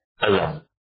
alone